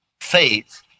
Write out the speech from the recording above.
Faith